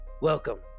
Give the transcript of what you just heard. Welcome